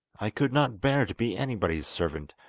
i could not bear to be anybody's servant,